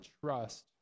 trust